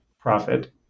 profit